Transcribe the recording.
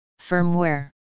Firmware